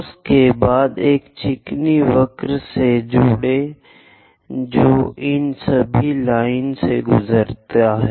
उसके बाद एक चिकनी वक्र से जुड़ें जो इन सभी लाइनों से गुजरता है